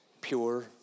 pure